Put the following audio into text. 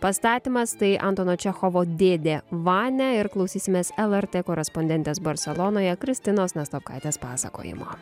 pastatymas tai antano čechovo dėdė vania ir klausysimės lrt korespondentės barselonoje kristinos nastopkaitės pasakojimo